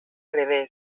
revés